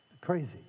crazy